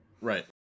Right